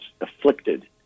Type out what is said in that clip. afflicted